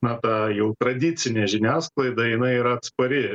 na ta jau tradicinė žiniasklaida jinai yra atspari